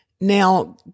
Now